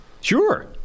Sure